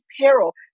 peril